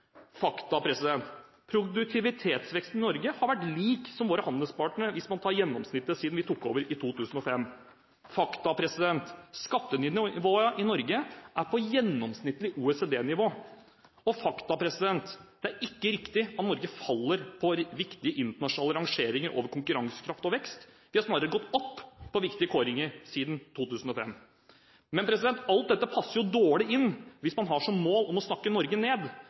Fakta: Produktivitetsveksten i Norge har vært lik som hos våre handelspartnere hvis man tar gjennomsnittet siden vi tok over i 2005. Fakta: Skattenivået i Norge er på gjennomsnittlig OECD-nivå. Og fakta: Det er ikke riktig at Norge faller på viktige internasjonale rangeringer over konkurransekraft og vekst, vi har snarere gått opp på viktige kåringer siden 2005. Alt dette passer dårlig inn hvis man har som mål å snakke Norge ned,